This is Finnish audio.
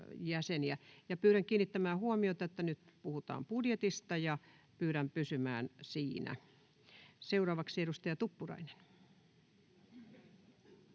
pyydän kiinnittämään huomiota siihen, että nyt puhutaan budjetista, ja pyydän pysymään siinä. — Seuraavaksi edustaja Tuppurainen.